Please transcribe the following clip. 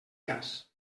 cas